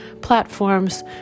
platforms